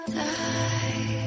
die